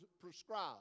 prescribed